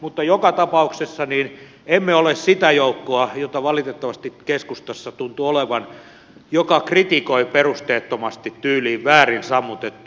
mutta joka tapauksessa emme ole sitä joukkoa jota valitettavasti keskustassa tuntuu olevan joka kritikoi perusteettomasti tyyliin väärin sammutettu